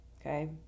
Okay